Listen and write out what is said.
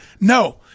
No